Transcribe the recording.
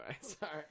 sorry